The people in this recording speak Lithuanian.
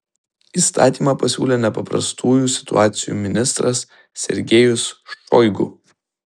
įstatymą pasiūlė nepaprastųjų situacijų ministras sergejus šoigu